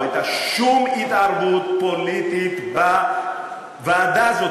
לא הייתה שום התערבות פוליטית בוועדה הזאת.